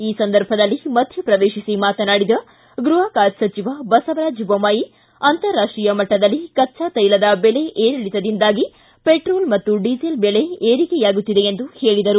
ಈ ಸಂದರ್ಭದಲ್ಲಿ ಮಧ್ಯಪ್ರವೇಶಿಸಿ ಮಾತನಾಡಿದ ಗೃಹ ಖಾತೆ ಸಚಿವ ಬಸವರಾಜ ಬೊಮ್ನಾಯಿ ಅಂತಾರಾಷ್ಷೀಯ ಮಟ್ಟದಲ್ಲಿ ಕಚ್ಚಾತ್ವೆಲದ ಬೆಲೆ ಏರಿಳಿತದಿಂದಾಗಿ ಪೆಟ್ರೋಲ್ ಡೀಸೆಲ್ ಬೆಲೆ ಏರಿಕೆಯಾಗುತ್ತಿದೆ ಎಂದರು